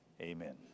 Amen